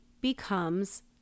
becomes